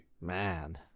Man